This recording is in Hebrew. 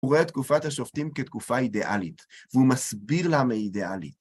הוא רואה את תקופת השופטים כתקופה אידאלית, והוא מסביר למה אידאלית.